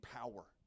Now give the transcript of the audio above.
power